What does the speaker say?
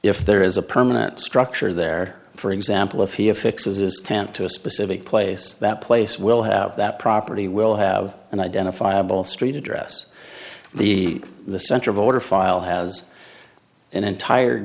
if there is a permanent structure there for example if he affixes this tent to a specific place that place will have that property will have an identifiable street address the the central voter file has an entire